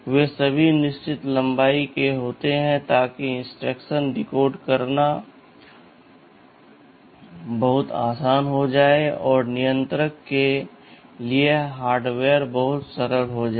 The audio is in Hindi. वे सभी निश्चित लंबाई के होते हैं ताकि इंस्ट्रक्शन को डिकोड करना बहुत आसान हो जाए और नियंत्रक के लिए हार्डवेयर बहुत सरल हो जाए